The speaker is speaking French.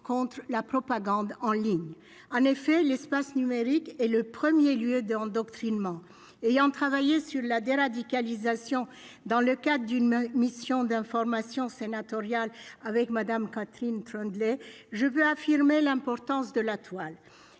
contre la propagande en ligne en effet l'espace numérique et le 1er lieu d'endoctrinement ayant travaillé sur la déradicalisation, dans le cadre d'une mission d'information sénatoriale avec Madame Catherine Troendlé je veux affirmer l'importance de la toile,